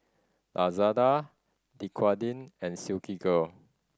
Lazada Dequadin and Silkygirl